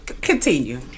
continue